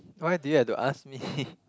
why do you have to ask me